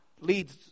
leads